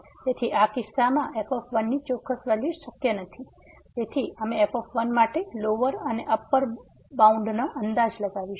તેથી આ કિસ્સામાં f ની ચોક્કસ વેલ્યુ શક્ય નથી તેથી અમે f માટે લોવર અને અપર બાઉન્ડ નો અંદાજ લગાવીશું